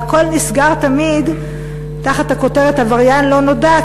והכול נסגר תמיד תחת הכותרת עבריין לא נודע,